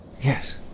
Yes